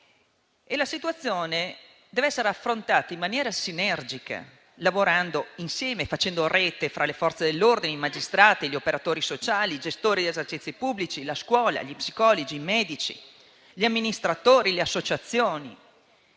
La situazione deve essere affrontata in maniera sinergica, lavorando insieme, facendo rete fra le Forze dell'ordine, i magistrati, gli operatori sociali, i gestori degli esercizi pubblici, la scuola, gli psicologi, i medici, gli amministratori, le associazioni.